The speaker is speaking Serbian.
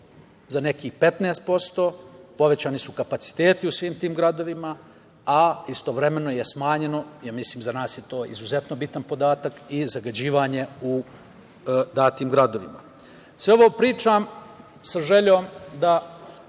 za nekih 15%, povećani su kapaciteti u svim tim gradovima, a istovremeno je smanjeno, mislim da je za nas to izuzetno bitan podatak, i zagađivanje u datim gradovima. Sve ovo pričam sa željom da